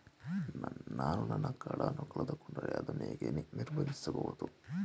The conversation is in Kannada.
ನಾನು ನನ್ನ ಕಾರ್ಡ್ ಅನ್ನು ಕಳೆದುಕೊಂಡರೆ ಅದನ್ನು ಹೇಗೆ ನಿರ್ಬಂಧಿಸಬಹುದು?